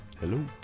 Hello